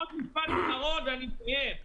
עוד משפט אחרון ואני מסיים.